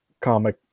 comic